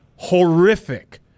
Horrific